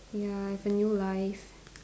ya have a new life